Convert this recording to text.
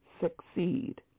succeed